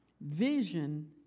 Vision